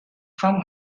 from